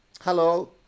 Hello